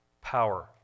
Power